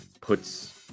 puts